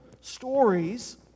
stories